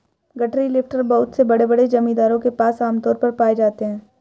गठरी लिफ्टर बहुत से बड़े बड़े जमींदारों के पास आम तौर पर पाए जाते है